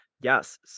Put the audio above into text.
yes